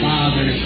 Father